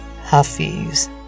Hafiz